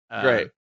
great